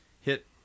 hit